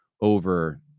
over